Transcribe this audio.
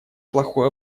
плохое